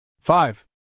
Five